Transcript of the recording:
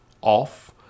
off